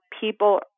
people